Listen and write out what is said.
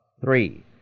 Three